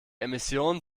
emissionen